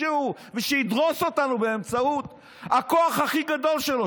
שהוא ושידרוס אותנו באמצעות הכוח הכי גדול שלו,